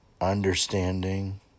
understanding